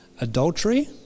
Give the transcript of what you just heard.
Adultery